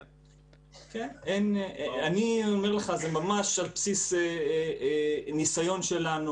זה ממש על בסיס ניסיון שלנו.